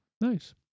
Nice